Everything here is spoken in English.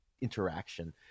interaction